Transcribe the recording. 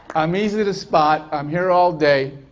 i'm easy to spot i'm here all day